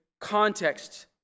context